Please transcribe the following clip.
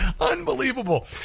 unbelievable